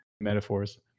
metaphors